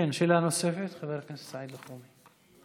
שאלה נוספת, חבר הכנסת סעיד אלחרומי.